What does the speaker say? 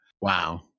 wow